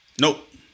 Nope